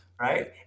right